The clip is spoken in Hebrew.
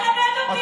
בוא תלמד אותי,